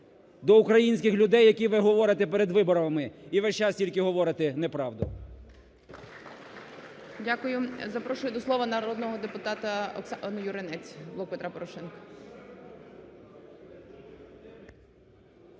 до українських людей, з якими ви говорите перед виборами, і весь час тільки говорите неправду.